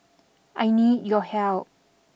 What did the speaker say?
I need your help